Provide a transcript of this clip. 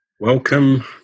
Welcome